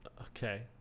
Okay